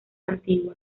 antigua